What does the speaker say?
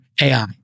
AI